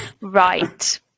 Right